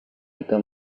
jika